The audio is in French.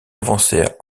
avancèrent